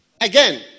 Again